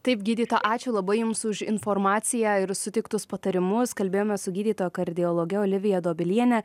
taip gydytoja ačiū labai jums už informaciją ir suteiktus patarimus kalbėjome su gydytoja kardiologe olivija dobiliene